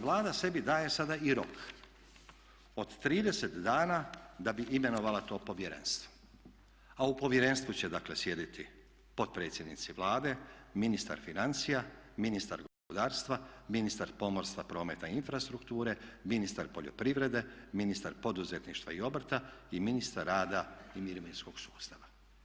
Vlada sebi daje sa i rok, od 30 dana da bi imenovala to povjerenstvo, a u povjerenstvu će dakle sjediti potpredsjednici Vlade, ministar financija, ministar gospodarstva, ministar pomorstva, prometa i infrastrukture, ministar poljoprivrede, ministar poduzetništva i obrta i ministar rada i mirovinskog sustava.